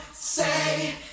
say